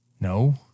No